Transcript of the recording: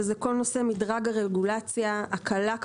הוא נושא מדרג הרגולציה וההקלה.